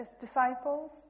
disciples